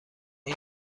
این